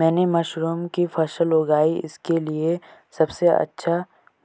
मैंने मशरूम की फसल उगाई इसके लिये सबसे अच्छा